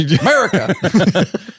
America